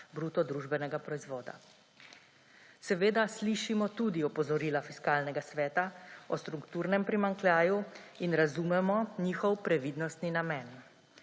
bruto družbenega proizvoda. Seveda slišimo tudi opozorila Fiskalnega sveta o strukturnem primanjkljaju in razumemo njihov previdnostni namen.